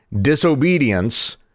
disobedience